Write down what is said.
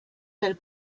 del